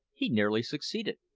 he nearly succeeded,